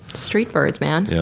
street birds, man. yeah